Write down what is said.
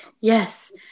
yes